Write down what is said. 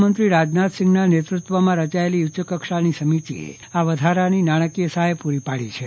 ગૃહમંત્રીશ્રી રાજનાથસિંહના નેતૃત્વમાં રચાયેલી ઉચ્ચકક્ષાની સમિતિએ આ વધારાની નાણાકીય સહાય પૂરી પાડી છે